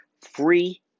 free